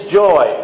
joy